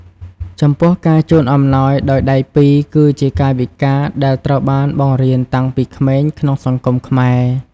ចំពោះការជូនអំណោយដោយដៃពីរ គឺជាកាយវិការដែលត្រូវបានបង្រៀនតាំងពីក្មេងក្នុងសង្គមខ្មែរ។